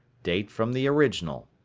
date from the original.